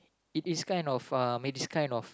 it is kind of uh I mean this kind of